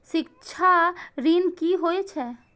शिक्षा ऋण की होय छै?